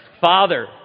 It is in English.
Father